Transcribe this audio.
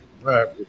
Right